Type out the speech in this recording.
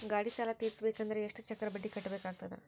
ಗಾಡಿ ಸಾಲ ತಿರಸಬೇಕಂದರ ಎಷ್ಟ ಚಕ್ರ ಬಡ್ಡಿ ಕಟ್ಟಬೇಕಾಗತದ?